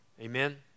Amen